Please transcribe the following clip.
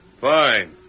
Fine